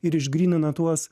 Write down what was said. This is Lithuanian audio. ir išgrynina tuos